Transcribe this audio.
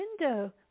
window